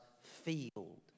field